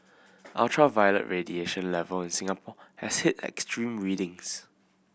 ultraviolet radiation level in Singapore has hit extreme readings